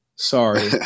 Sorry